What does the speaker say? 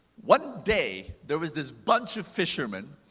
one day, there was this bunch of fishermen,